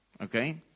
Okay